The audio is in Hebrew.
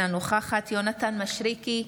אינה נוכחת יונתן מישרקי,